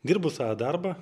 dirbu savo darbą